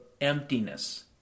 emptiness